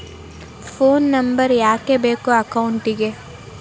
Phone number ಯಾಕೆ ಬೇಕು ಅಕೌಂಟಿಗೆ?